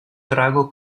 drago